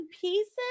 pieces